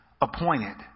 appointed